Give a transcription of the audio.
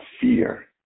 fear